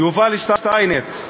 יובל שטייניץ,